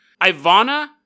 Ivana